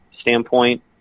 standpoint